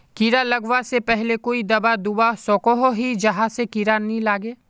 कीड़ा लगवा से पहले कोई दाबा दुबा सकोहो ही जहा से कीड़ा नी लागे?